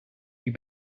you